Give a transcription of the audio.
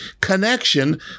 connection